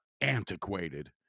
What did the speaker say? antiquated